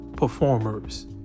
Performers